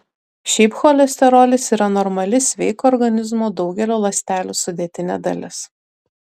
šiaip cholesterolis yra normali sveiko organizmo daugelio ląstelių sudėtinė dalis